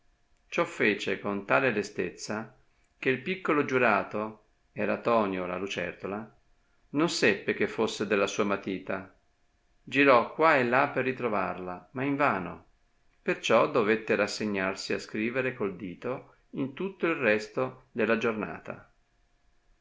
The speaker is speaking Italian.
ciò fece con tale lestezza che il piccolo giurato era tonio la lucertola non seppe che fosse della sua matita girò quà e là per ritrovarla ma invano perciò dovette rassegnarsi a scrivere col dito in tutto il resto della giornata